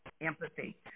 empathy